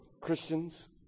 Christians